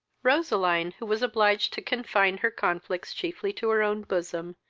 roseline, who was obliged to confine her conflicts chiefly to her own bosom,